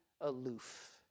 aloof